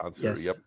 yes